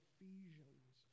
Ephesians